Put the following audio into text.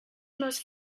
most